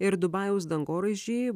ir dubajaus dangoraižį